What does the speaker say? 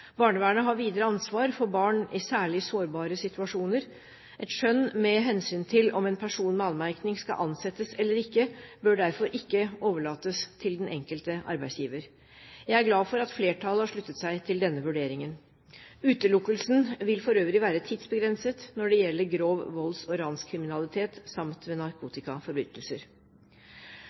Barnevernet har videre ansvar for barn i særlig sårbare situasjoner. Et skjønn med hensyn til om en person med anmerkning skal ansettes eller ikke, bør derfor ikke overlates til den enkelte arbeidsgiver. Jeg er glad for at flertallet har sluttet seg til denne vurderingen. Utelukkelsen vil for øvrig være tidsbegrenset når det gjelder grov volds- og ranskriminalitet, samt ved